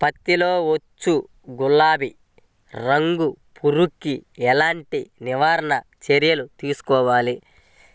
పత్తిలో వచ్చు గులాబీ రంగు పురుగుకి ఎలాంటి నివారణ చర్యలు తీసుకోవాలి?